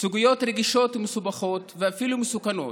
סוגיות רגישות ומסובכות ואפילו מסוכנות.